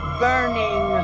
burning